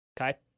Okay